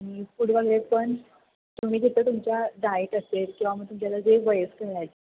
आणि फूड वगैरे पण तुम्ही तिथं तुमच्या डायट असेल किंवा मग तुमच्याला जे वयस्कर आहेत